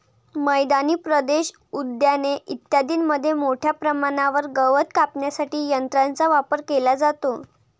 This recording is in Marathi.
मैदानी प्रदेश, उद्याने इत्यादींमध्ये मोठ्या प्रमाणावर गवत कापण्यासाठी यंत्रांचा वापर केला जातो